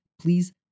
Please